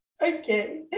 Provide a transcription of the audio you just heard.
Okay